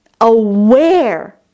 Aware